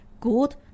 good